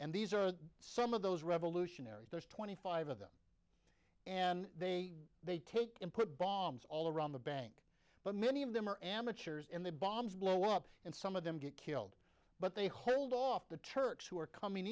and these are some of those revolutionaries there's twenty five of them and they they take and put bombs all around the bank but many of them are amateurs in the bombs blow up and some of them get killed but they hold off the turks who are coming